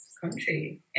country